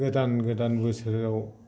गोदान गोदान बोसोराव